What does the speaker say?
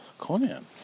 Conan